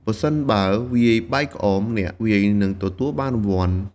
ប្រសិនបើវាយបែកក្អម អ្នកវាយនឹងទទួលបានរង្វាន់។